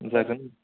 जागोन